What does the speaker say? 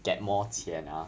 get more 钱 ah